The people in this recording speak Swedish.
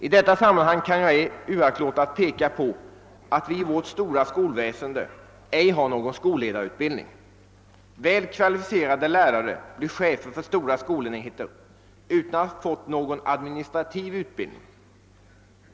I detta sammanhang kan jag ej uraktlåta att peka på att vi i vårt stora skolväsende ej har någon skolledarutbildning. Kvalificerade lärare blir chefer för stora skolenheter utan att ha fått någon administrativ utbildning.